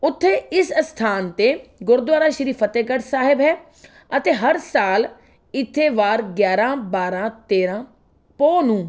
ਉੱਥੇ ਇਸ ਅਸਥਾਨ 'ਤੇ ਗੁਰਦੁਆਰਾ ਸ਼੍ਰੀ ਫਤਿਹਗੜ੍ਹ ਸਾਹਿਬ ਹੈ ਅਤੇ ਹਰ ਸਾਲ ਇੱਥੇ ਵਾਰ ਗਿਆਰ੍ਹਾਂ ਬਾਰ੍ਹਾਂ ਤੇਰ੍ਹਾਂ ਪੋਹ ਨੂੰ